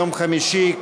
יום חמישי,